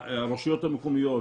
הרשויות המקומיות,